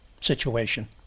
situation